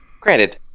Granted